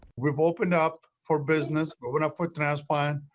we opened up for business, but opened up for transplant.